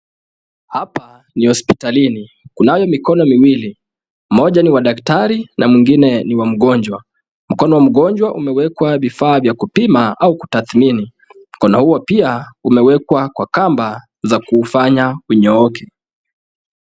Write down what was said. Hapa ni hospitalini. Kunayo mikono miwili, mmoja ni wa daktari na mwingine ni wa mgonjwa. Mkono wa mgonjwa umewekwa vifaa vya kupima au kutathmini. Mkono huo pia umewekwa kwa kamba za kuufanya unyooke.